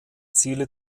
ziele